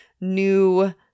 new